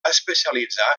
especialitzar